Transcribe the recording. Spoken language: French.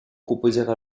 proposèrent